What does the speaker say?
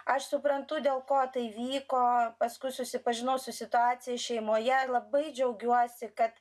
aš suprantu dėl ko tai vyko paskui susipažinau su situacija šeimoje labai džiaugiuosi kad